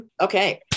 Okay